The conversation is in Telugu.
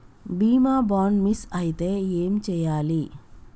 బీమా బాండ్ మిస్ అయితే ఏం చేయాలి?